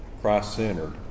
Christ-centered